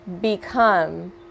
become